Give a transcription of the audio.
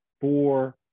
four